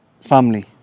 family